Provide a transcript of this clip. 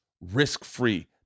risk-free